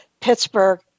Pittsburgh